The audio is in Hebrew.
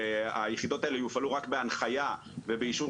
היחידות האלה יופעלו רק בהנחיה ובאישור